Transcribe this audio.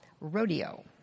Rodeo